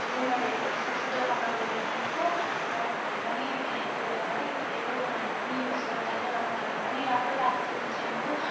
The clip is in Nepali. त्यो तै मैले यस्तो दोकानमा गएर किनेको र उनीहरूले पनि त्यहीँ गएर है हेर्यो उनीहरूले पनि युज गर्न थाल्यो र उनीहरूलाई पनि राम्रो लागेछ त्यो सेम्पू र